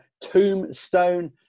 tombstone